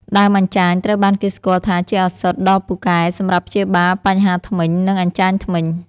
ដើមអញ្ចាញត្រូវបានគេស្គាល់ថាជាឱសថដ៏ពូកែសម្រាប់ព្យាបាលបញ្ហាធ្មេញ និងអញ្ចាញធ្មេញ។